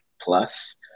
plus